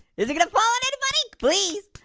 is it gonna fall on anybody? please,